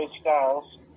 Styles